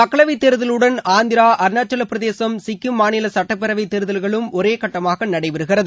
மக்களவை தேர்தலுடன் ஆந்திரா அருணாச்சலப் பிரதேசம் சிக்கிம் மாநில சுட்டப்பேரவை தேர்தல்களும் ஒரே கட்டமாக நடைபெறுகிறது